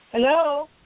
hello